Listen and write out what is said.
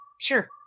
sure